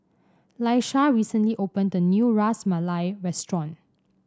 Laisha recently opened a new Ras Malai Restaurant